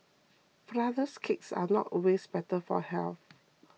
Flourless Cakes are not always better for health